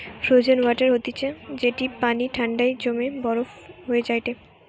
frozen water হতিছে যেটি পানি ঠান্ডায় জমে বরফ হয়ে যায়টে